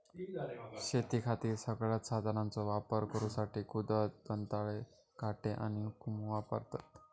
शेतीखातीर सगळ्यांत साधनांचो वापर करुसाठी कुदळ, दंताळे, काटे आणि हुकुम वापरतत